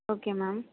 okay ma'am